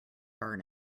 burn